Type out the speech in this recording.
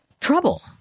trouble